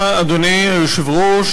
אדוני היושב-ראש,